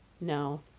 No